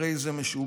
הרי זה משובח.